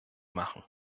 machen